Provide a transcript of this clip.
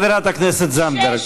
חברת הכנסת זנדברג.